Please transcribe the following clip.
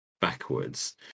backwards